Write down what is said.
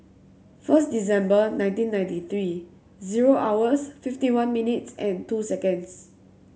first December nineteen ninety three zero hours fifty one minutes and two seconds